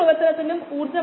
scattering ആണ് തത്വം